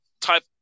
type